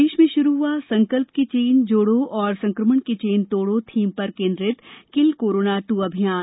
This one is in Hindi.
प्रदेश में शुरू हुआ संकल्प की चेन जोड़ो संकमण की चेन तोड़ो थीम पर केन्द्रित किल कोरोना टू अभियान